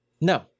No